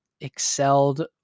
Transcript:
excelled